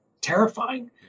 terrifying